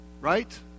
right